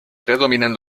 predominan